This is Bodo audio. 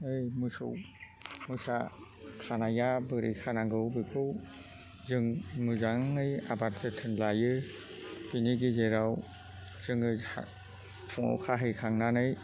ओइ मोसौ मोसा खानाया बोरै खानांगौ बेखौ जों मोजाङै आबाद जाथोन लायो बिनि गेजेराव जोङो फुङाव खाहैखांनानै